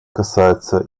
касается